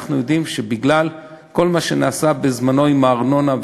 ואנחנו יודעים שבגלל כל מה שנעשה בזמנו עם הארנונה,